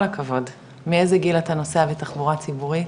כל הכבוד, מאיזה גיל אתה נוסע בתחבורה ציבורית?